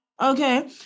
okay